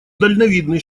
дальновидный